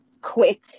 quick